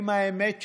עם האמת שלך.